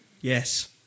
Yes